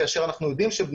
כאשר אנחנו יודעים שכל